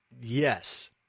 Yes